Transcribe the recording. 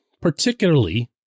particularly